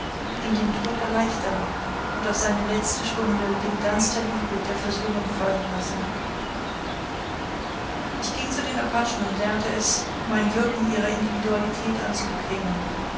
ihm den tod erleichtern und auf seine letzte stunde den glanz der liebe der versöhnung fallen lassen ich ging zu den apachen und lernte es mein wirken ihrer individualität anzubequemen